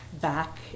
back